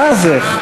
מה זה?